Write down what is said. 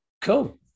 Cool